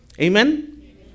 Amen